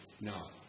no